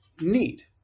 need